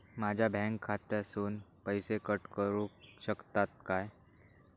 माझ्या बँक खात्यासून पैसे कट करुक शकतात काय?